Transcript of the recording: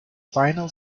final